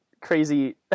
crazy